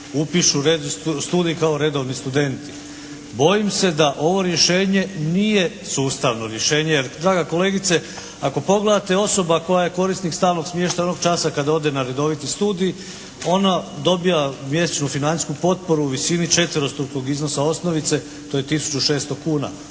upišu studij kao redovni studenti. Bojim se da ovo rješenje nije sustavno rješenje, jer draga kolegice ako pogleda osoba koja je korisnik stalnog smještaja onog časa kad ode na redoviti studij ona dobija mjesečnu financijsku potporu u visini četverostrukog iznosa osnovice to je tisuću